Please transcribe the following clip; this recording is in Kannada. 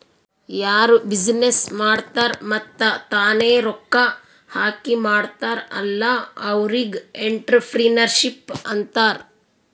ಯಾರು ಬಿಸಿನ್ನೆಸ್ ಮಾಡ್ತಾರ್ ಮತ್ತ ತಾನೇ ರೊಕ್ಕಾ ಹಾಕಿ ಮಾಡ್ತಾರ್ ಅಲ್ಲಾ ಅವ್ರಿಗ್ ಎಂಟ್ರರ್ಪ್ರಿನರ್ಶಿಪ್ ಅಂತಾರ್